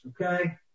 Okay